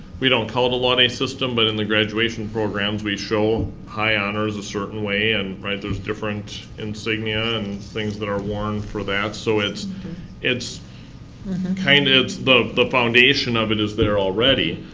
we don't call it a laude system but in the graduation program we show high honors a certain way and, right, there's different insignia and things that are worn for that. so, it's it's kind of the the foundation of it is there already.